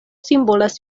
simbolas